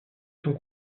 sont